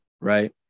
right